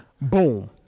boom